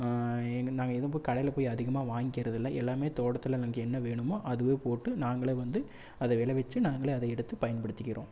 எங்கள் நாங்கள் ஏதும் போய் கடையில் போய் அதிகமாக வாங்கிக்கிறது இல்லை எல்லாமே தோட்டத்தில் நமக்கு என்ன வேணுமோ அதுயே போட்டு நாங்களே வந்து அதை விளைவிச்சி நாங்களே அதை எடுத்து பயன்படுத்திக்கிறோம்